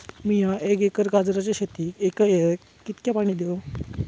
मीया एक एकर गाजराच्या शेतीक एका वेळेक कितक्या पाणी देव?